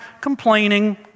complaining